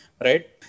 right